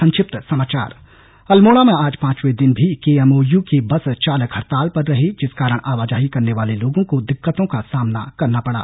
संक्षिप्त समाचार अल्मोड़ा में आज पांचवे दिन भी केएमओयू के बस चालक हड़ताल पर रहे जिस कारण आवाजाही करने वाले लोगों को दिक्कतों का सामना करना पड़ा